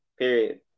period